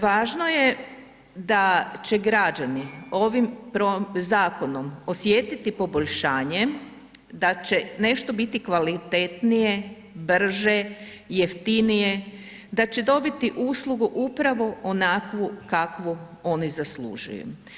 Važno je da će građani ovim zakonom osjetiti poboljšanje, da će nešto biti kvalitetnije, brže, jeftinije, da će dobiti uslugu upravo onakvu kakvu oni zaslužuju.